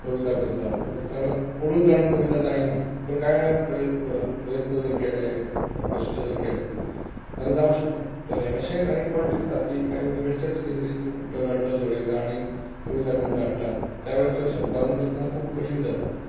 कविता करता किंवां एखादो ओडून ताणून कविता जायना पूण कांय वेळार प्रय प्रय प्रयत्न जर केले कश्ट जर केले जाल्यार जावं शकता अशे अनेक फावट दिसता की भुरगे बेश्टेच कितें तरी टक ट जुळयता आनी कविता करून धाडटात त्या वेळाचेर संपादन करतना खूब कठीण जाता